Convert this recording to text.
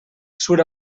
sur